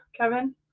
Kevin